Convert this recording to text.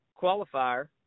qualifier